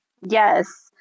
Yes